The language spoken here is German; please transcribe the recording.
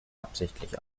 absichtlich